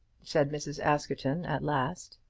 said mrs. askerton at last.